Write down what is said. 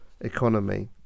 economy